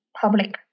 public